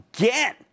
again